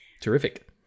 Terrific